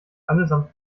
allesamt